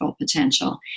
potential